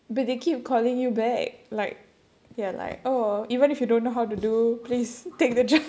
but they keep calling you back like ya like oh even if you don't know how to do please take the j~